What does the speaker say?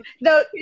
No